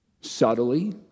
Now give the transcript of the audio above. subtly